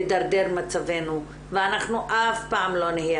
הידרדר מצבנו ואנחנו אף פעם לא נהיה